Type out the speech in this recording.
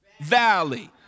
valley